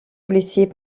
policiers